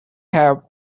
have